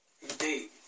Indeed